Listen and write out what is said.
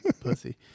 pussy